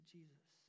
Jesus